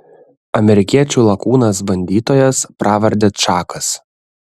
amerikiečių lakūnas bandytojas pravarde čakas